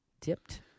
dipped